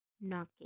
knocking